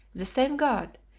the same god,